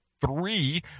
three